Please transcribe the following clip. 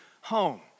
home